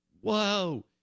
whoa